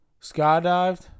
Skydived